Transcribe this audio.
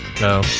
No